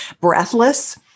breathless